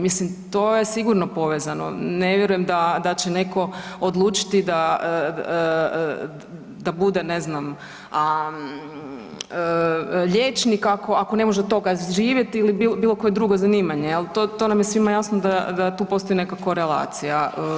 Mislim to je sigurno povezano, ne vjerujem da će neko odlučiti da bude ne znam liječnik ako ne može od toga živjet ili koje drugo zanimanje, to nam je svima jasna da tu postoji neka korelacija.